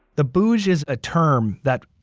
the booj is a term that,